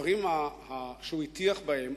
הדברים שהוא הטיח בהן,